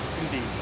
indeed